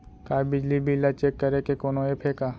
का बिजली बिल ल चेक करे के कोनो ऐप्प हे का?